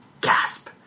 Gasp